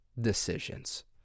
decisions